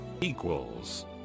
Equals